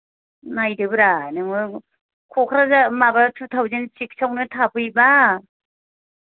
नायदोब्रा नोङो क'क्राझार माबा two thousand six आवनो थाफैबा